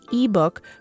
ebook